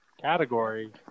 category